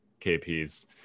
KPs